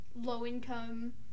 low-income